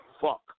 fuck